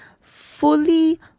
fully